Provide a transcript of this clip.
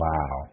Wow